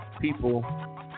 people